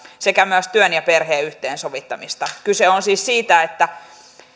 sekä myös työn ja perheen yhteensovittamista kyse on siis siitä että